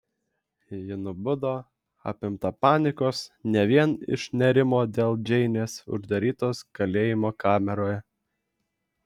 ji nubudo apimta panikos ne vien iš nerimo dėl džeinės uždarytos kalėjimo kameroje